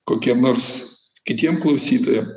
kokiam nors kitiem klausytojam